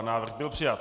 Návrh byl přijat.